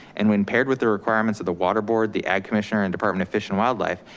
and when paired with the requirements of the water board, the ag commissioner and department of fish and wildlife,